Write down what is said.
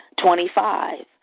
Twenty-five